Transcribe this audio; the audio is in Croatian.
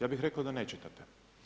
Ja bih rekao da ne čitate.